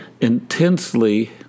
intensely